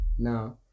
Now